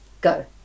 go